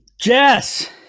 Jess